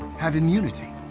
have immunity.